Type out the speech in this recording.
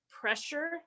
pressure